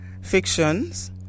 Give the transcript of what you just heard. fictions